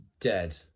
dead